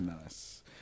Nice